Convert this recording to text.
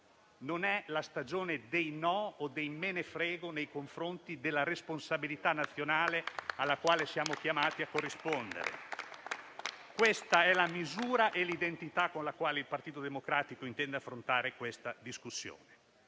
Non è la stagione dei no o dei «me ne frego» nei confronti della responsabilità nazionale alla quale siamo chiamati a rispondere. Questa è la misura e l'identità con la quale il Partito Democratico intende affrontare questa discussione.